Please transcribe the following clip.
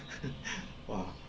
!wah!